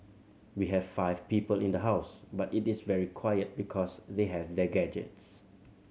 we have five people in the house but it is very quiet because they have their gadgets